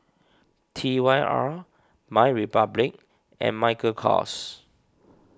T Y R MyRepublic and Michael Kors